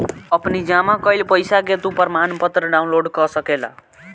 अपनी जमा कईल पईसा के तू प्रमाणपत्र डाउनलोड कअ सकेला